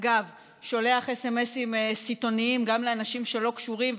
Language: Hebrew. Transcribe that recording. ואגב שולח סמ"סים סיטוניים גם לאנשים שלא קשורים,